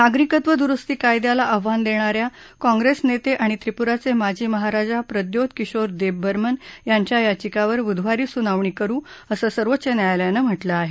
नागरिकत्व दुरुस्ती कायद्याला आव्हान देणाऱ्या काँग्रेस नस्त्राआणि त्रिपुराचे माजी महाराजा प्रद्योत किशोर देबबर्मन यांच्या याचिकांवर बुधवारी सुनावणी करू असे सर्वोच्च न्यायालयाने म्हटलं आहे